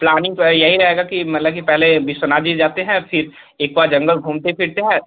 planning तो यही रहेगा कि मतलब कि पहले विश्वनाथ जी जाते हैं फिर एक बार जंगल घूमते फिरते हैं